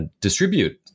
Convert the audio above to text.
distribute